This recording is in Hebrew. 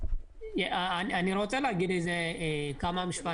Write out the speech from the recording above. אני רוצה להגיד כמה משפטים.